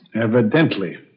Evidently